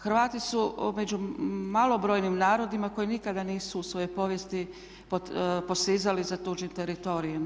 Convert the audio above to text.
Hrvati su među malobrojnim narodima koji nikada nisu u svojoj povijesti posizali za tuđim teritorijem.